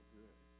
good